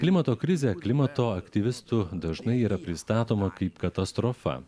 klimato krizė klimato aktyvistų dažnai yra pristatoma kaip katastrofa